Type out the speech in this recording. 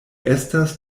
estas